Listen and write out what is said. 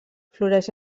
floreix